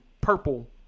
purple